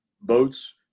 boats